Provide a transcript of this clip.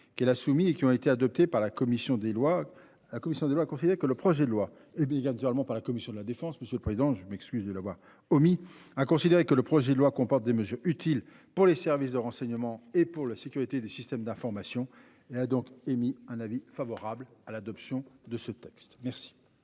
qu'elle a soumis et qui ont été adoptés par la commission des lois à la commission des lois, considère que le projet de loi et puis il y a naturellement par la commission de la défense. Monsieur le Président, je m'excuse de l'avoir omis a considéré que le projet de loi comporte des mesures utiles pour les services de renseignement et pour la sécurité des systèmes d'information et a donc émis un avis favorable à l'adoption de ce texte. Merci,